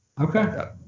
Okay